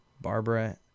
Barbara